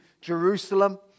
Jerusalem